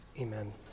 amen